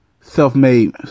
self-made